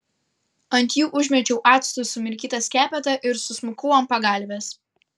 ant jų užmečiau actu sumirkytą skepetą ir susmukau ant pagalvės